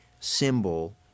symbol